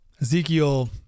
Ezekiel